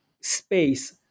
space